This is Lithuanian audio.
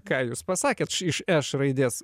ką jūs pasakėt iš eš raidės